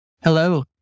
Hello